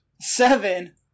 Seven